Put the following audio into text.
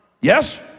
Yes